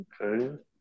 Okay